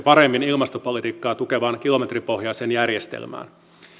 paremmin ilmastopolitiikkaa tukevaan kilometripohjaiseen järjestelmään